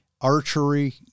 archery